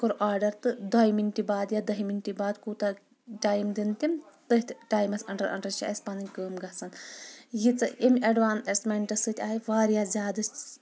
کوٚر آرڈر تہٕ دۄیہِ منٹہِ باد یا دہہِ منٹہِ باد کوٗتاہ ٹایِم دِنۍ تِم تٔتھۍ ٹایمس انڈر انڈر چھِ اسہِ پنٕنۍ کٲم گژھان ییٖژہ أمۍ اٮ۪ڈوانسمنٹس سۭتۍ آیہِ واریاہ زیادٕ